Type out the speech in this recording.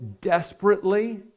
desperately